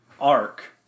Arc